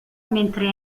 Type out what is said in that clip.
mentre